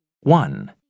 One